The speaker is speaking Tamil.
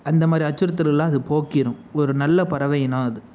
அந்த மாதிரி அச்சுறுத்தல்லாம் அது போக்கிடும் ஒரு நல்ல பறவையினம் அது